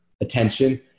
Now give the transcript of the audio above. attention